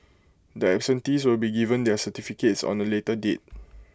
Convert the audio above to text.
the absentees will be given their certificates on A later date